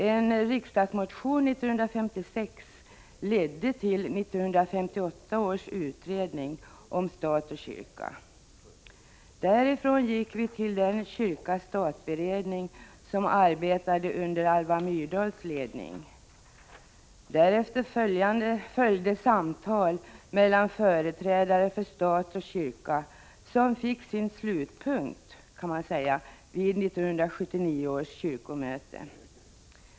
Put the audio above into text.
En riksdagsmotion 1956 ledde till 1958 års utredning om stat och kyrka. Därifrån gick vi till den kyrka-stat-beredning som arbetade under Alva Myrdals ledning. Därefter följde samtal mellan företrädare för stat och kyrka, som fick sin slutpunkt, kan man säga, vid 1979 års kyrkomöte.